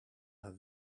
have